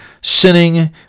Sinning